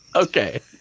okay.